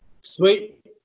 Sweet